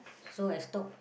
so I stop